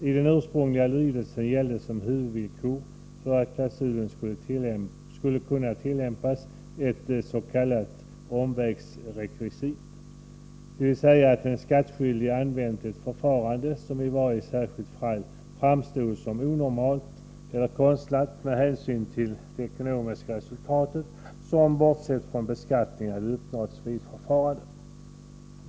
Iden ursprungliga lydelsen gällde som huvudvillkor för att klausulen skulle kunna tillämpas ett s.k. omvägsrekvisit, dvs. att den skattskyldige använt ett förfarande som i varje särskilt fall framstod som onormalt eller konstlat med hänsyn till det ekonomiska resultat som bortsett från beskattningen uppnåtts vid förfarandet.